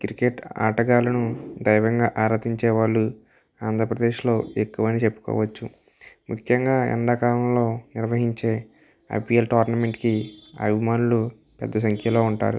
cricket ఆటగాళ్ళను దైవంగా ఆరాధించేవాళ్ళు ఆంధ్రప్రదేశ్లో ఎక్కువ అని చెప్పుకోవచ్చు ముఖ్యంగా ఎండాకాలంలో నిర్వహించే ఐపిఎల్ టోర్నమెంట్కి అభిమానులు పెద్ద సంఖ్యలో ఉంటారు